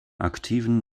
aktiven